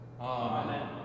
Amen